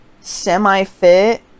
semi-fit